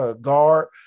guard